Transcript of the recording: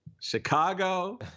Chicago